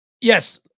Yes